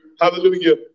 hallelujah